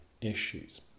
issues